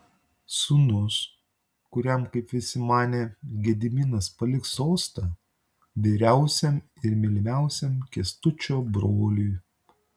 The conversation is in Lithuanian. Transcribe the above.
sūnus kuriam kaip visi manė gediminas paliks sostą vyriausiam ir mylimiausiam kęstučio broliui